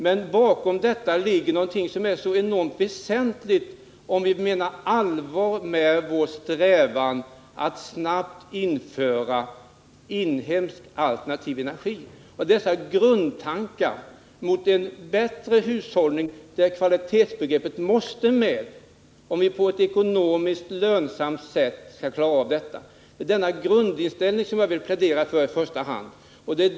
Men bakom detta ligger något som är väsentligt om vi menar allvar med att snabbt införa inhemsk alternativ energi. Det är grundtankar om en bättre hushållning, där kvalitetsbegreppet måste med, om vi på ett lönsamt sätt skall klara av en övergång till alternativ energi. Det är den grundinställning som jag i första hand vill plädera för.